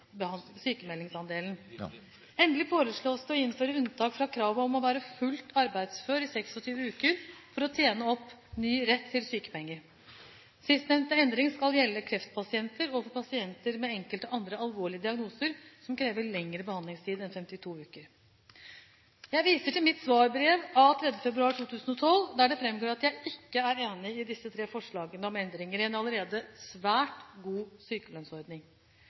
Endelig foreslås det å innføre unntak fra kravet om å være fullt arbeidsfør i 26 uker for å tjene opp ny rett til sykepenger. Sistnevnte endring skal gjelde kreftpasienter og pasienter med enkelte andre alvorlige diagnoser som krever lengre behandlingstid enn 52 uker. Jeg viser til mitt svarbrev av 3. februar 2012, der det framgår at jeg ikke er enig i disse tre forslagene om endringer i en allerede svært god sykelønnsordning.